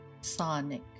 Sonic